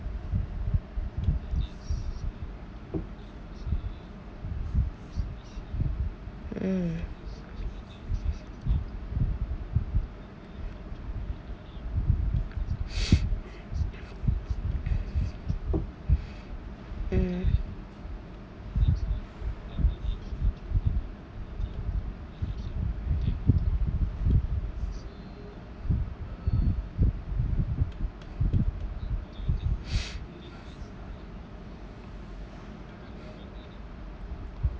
mm mm